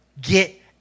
get